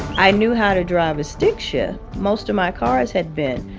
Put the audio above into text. i knew how to drive a stick shift. most of my cars had been.